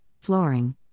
Flooring